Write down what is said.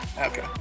Okay